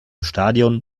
stadion